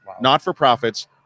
not-for-profits